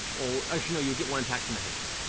well, actually no, you would get one attack from the haste.